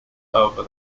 over